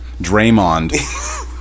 Draymond